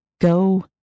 go